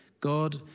God